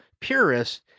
purists